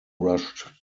rushed